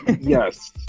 Yes